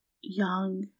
young